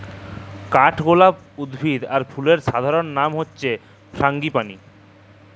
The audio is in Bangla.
কাঠগলাপ উদ্ভিদ আর ফুলের সাধারণলনাম হচ্যে ফারাঙ্গিপালি